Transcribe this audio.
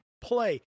play